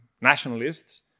nationalists